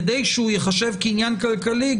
כדי שהוא ייחשב כעניין כלכלי,